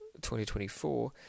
2024